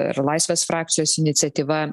ir laisvės frakcijos iniciatyva